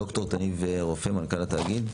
ד"ר תניב רופא מנכ"ל התאגיד.